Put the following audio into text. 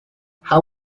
how